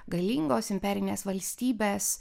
galingos imperinės valstybės